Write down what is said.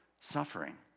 suffering